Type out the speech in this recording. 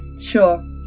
Sure